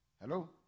hello